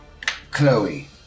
Chloe